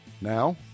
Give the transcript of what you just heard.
Now